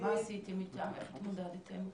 מה עשיתם איתם, איך התמודדתם?